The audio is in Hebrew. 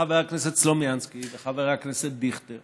שחבר הכנסת סלומינסקי וחבר הכנסת דיכטר